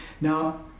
Now